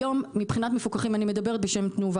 אני מדברת בשם תנובה,